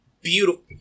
beautiful